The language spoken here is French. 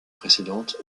précédente